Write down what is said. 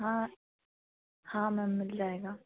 हाँ हाँ मैम मिल जाएगा